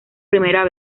primera